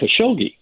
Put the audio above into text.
Khashoggi